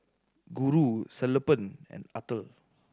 Guru Sellapan and Atal